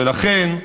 ולכן,